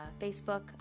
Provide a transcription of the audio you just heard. Facebook